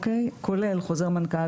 כולל חוזר מנכ"ל,